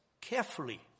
carefully